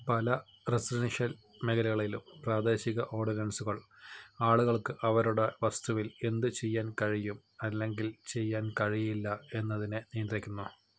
പല റെസിഡൻഷ്യൽ മേഖലകളിലും പ്രാദേശിക ഓർഡിനൻസുകൾ ആളുകൾക്ക് അവരുടെ വസ്തുവിൽ എന്തു ചെയ്യാൻ കഴിയും അല്ലെങ്കിൽ ചെയ്യാൻ കഴിയില്ല എന്നതിനെ നിയന്ത്രിക്കുന്നതാണ്